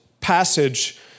passage